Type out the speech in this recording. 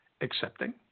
accepting